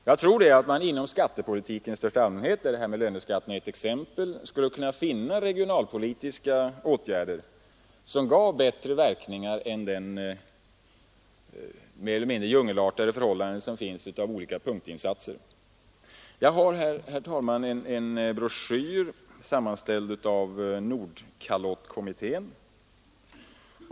Jag tror att man inom skattepolitiken i största allmänhet — detta med löneskatten är ju bara ett exempel — skulle kunna finna regionalpolitiska åtgärder som ger bättre verkningar än de mer eller mindre djungelartade förhållanden som blir följden av olika punktinsatser. Jag har här i min hand en broschyr sammanställd av Nordkalottkommittén.